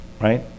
Right